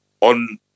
on